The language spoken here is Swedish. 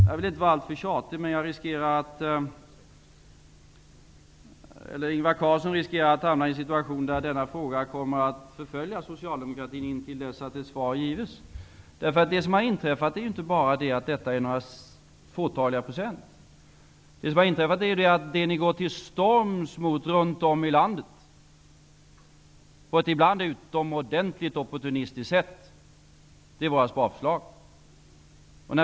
Jag vill inte vara alltför tjatig, men Ingvar Carlsson riskerar att hamna i en situation där frågan om besparingsförslagen kommer att förfölja Socialdemokratin intill dess att ett svar givs. Det är inte bara några fåtaliga procent det gäller, utan det som har inträffat är att ni runt om i landet, på ett ibland utomordentligt opportunistiskt sätt, går till storms mot våra sparförslag.